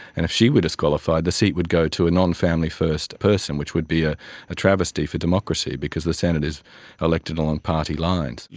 and if she were disqualified the seat would go to a non family first person which would be ah a travesty for democracy because the senate is elected along party lines.